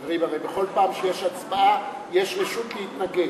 חברים, הרי בכל פעם שיש הצבעה, יש רשות להתנגד.